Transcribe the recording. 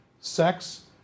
sex